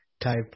type